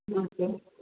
हके